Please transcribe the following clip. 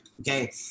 Okay